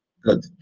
Good